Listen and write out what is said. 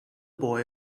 boy